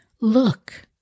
Look